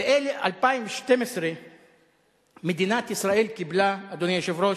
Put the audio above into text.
ב-2012 מדינת ישראל קיבלה, אדוני היושב-ראש,